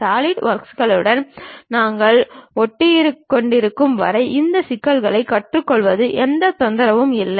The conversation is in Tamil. சாலிட்வொர்க்குடன் நாங்கள் ஒட்டிக்கொண்டிருக்கும் வரை இந்த சிக்கல்களைக் கற்றுக்கொள்வது எந்தவொரு தொந்தரவும் இல்லை